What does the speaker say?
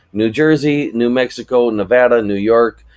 new jersey, new mexico, nevada, new york,